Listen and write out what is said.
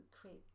create